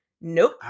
Nope